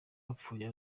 bapfuye